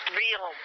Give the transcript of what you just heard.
real